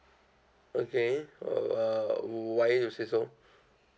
okay uh uh why you say so